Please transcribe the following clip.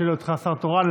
בשל היותך שר תורן,